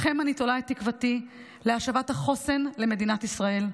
בכם אני תולה את תקוותי להשבת החוסן למדינת ישראל.